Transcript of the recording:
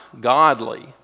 godly